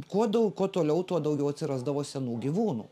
kuo dau kuo toliau tuo daugiau atsirasdavo senų gyvūnų